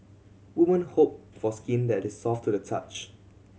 women hope for skin that is soft to the touch